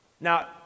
Now